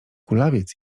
kulawiec